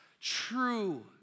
true